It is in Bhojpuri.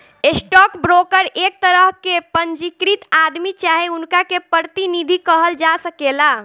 स्टॉक ब्रोकर एक तरह के पंजीकृत आदमी चाहे उनका के प्रतिनिधि कहल जा सकेला